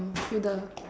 um hold on